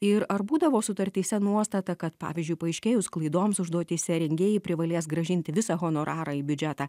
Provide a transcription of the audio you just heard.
ir ar būdavo sutartyse nuostata kad pavyzdžiui paaiškėjus klaidoms užduotyse rengėjai privalės grąžinti visą honorarą į biudžetą